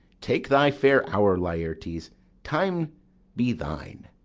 take thy fair hour, laertes time be thine,